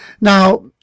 Now